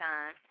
Time